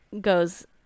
goes